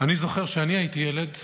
אני זוכר שכשאני הייתי ילד,